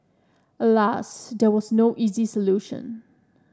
alas there is no easy solution